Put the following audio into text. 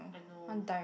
I know